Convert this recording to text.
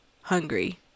hungry